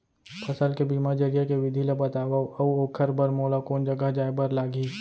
फसल के बीमा जरिए के विधि ला बतावव अऊ ओखर बर मोला कोन जगह जाए बर लागही?